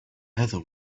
heather